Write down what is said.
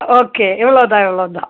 okay இவ்வளோ தான் இவ்வளோ தான்